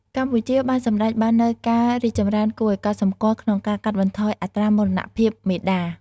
កម្ពុជាបានសម្រេចបាននូវការរីកចម្រើនគួរឱ្យកត់សម្គាល់ក្នុងការកាត់បន្ថយអត្រាមរណភាពមាតា។